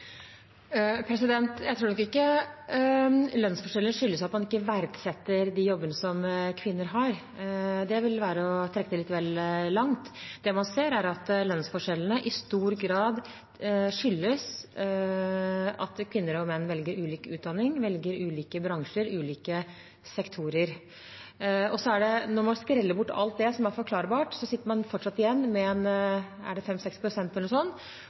Jeg tror nok ikke lønnsforskjeller skyldes at man ikke verdsetter de jobbene som kvinner har; det vil være å trekke det litt vel langt. Det man ser, er at lønnsforskjellene i stor grad skyldes at kvinner og menn velger ulik utdanning, ulike bransjer og ulike sektorer. Og når man skreller bort alt det som kan forklares, sitter man fortsatt igjen med 5–6 pst. som er uforklart. Det